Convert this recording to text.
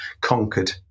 conquered